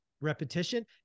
repetition